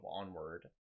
onward